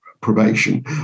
probation